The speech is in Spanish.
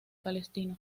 palestino